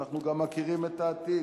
ואנחנו גם מכירים את העתיד.